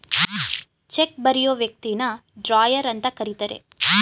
check ಬರಿಯೋ ವ್ಯಕ್ತಿನ drawer ಅಂತ ಕರಿತರೆ